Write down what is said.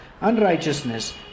unrighteousness